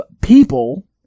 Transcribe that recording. people